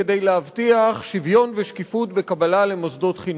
כדי להבטיח שוויון ושקיפות בקבלה למוסדות חינוך.